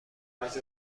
بعد